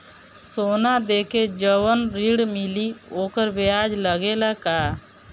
सोना देके जवन ऋण मिली वोकर ब्याज लगेला का?